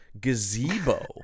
gazebo